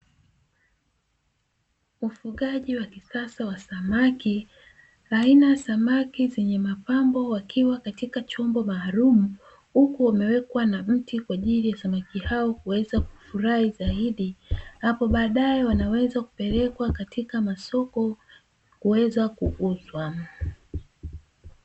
Ufugaji wa kisasa wa samaki, aina ya samaki zenye mapambo wakiwa katika chombo maalumu, huku wamewekwa na mti ili samaki hao kuweza kufurahi zaidi, hapo baadae wanaweza kupelekwa katika masoko kuweza kuuzwa.